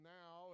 now